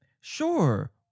Sure